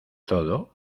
todo